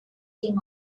demand